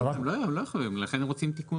לא, הם לא יכולים, לכן הם רוצים תיקון.